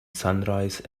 sunrise